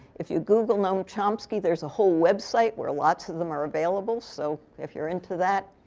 if you google noam chomsky, there's a whole website where lots of them are available. so if you're into that,